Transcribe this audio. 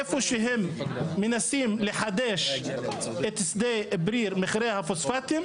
איפה שהם מנסים לחדש את שדה בריר מחירי הפוספטים,